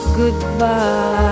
goodbye